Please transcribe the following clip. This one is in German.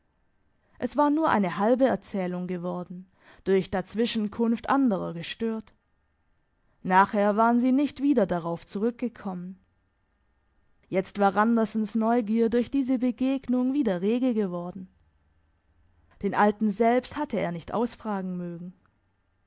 es war nur eine halbe erzählung geworden durch dazwischenkunft anderer gestört nachher waren sie nicht wieder darauf zurückgekommen jetzt war randersens neugier durch diese begegnung wieder rege geworden den alten selbst hatte er nicht ausfragen mögen